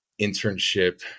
internship